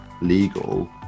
legal